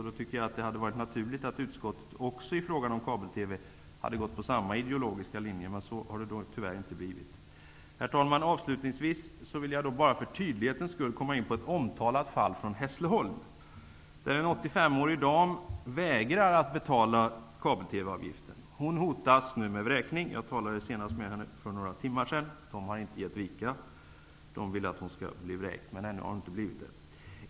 Det hade varit naturligt att utskottet också i frågan om kabel-TV hade gått på samma ideologiska linje. Men så har det tyvärr inte blivit. Herr talman! Avslutningsvis vill jag bara för tydlighetens skull komma in på ett omtalat fall i Hässleholm. Där vägrar en 85-årig dam att betala kabel-TV-avgiften. Hon hotas nu med vräkning. Jag talade senast med henne för några timmar sedan. Man har inte gett vika. Man vill att hon skall bli vräkt, men ännu har hon inte blivit det.